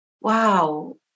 wow